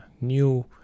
new